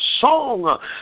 song